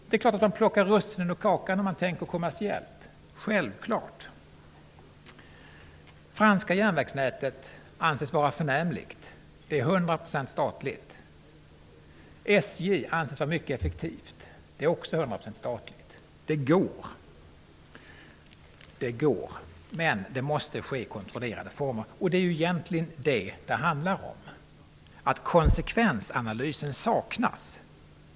Det är klart att den linjen plockar russinen ur kakan, om man tänker kommersiellt. Självklart! Det franska järnvägsnätet anses vara förnämligt. Det är till hundra procent statligt. SJ anses vara mycket effektivt. Det är också till hundra procent statligt. Det går! Men det måste ske i kontrollerade former. Detta är vad det handlar om, egentligen: att konsekvensanalysen saknas.